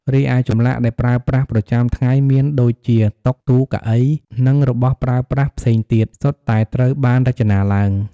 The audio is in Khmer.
រីឯ ចម្លាក់ដែលប្រើប្រាស់ប្រចាំថ្ងែមានដូចជា តុ ទូ កៅអី និងរបស់ប្រើប្រាស់ផ្សេងទៀត សុទ្ធតែត្រូវបានរចនាឡើង។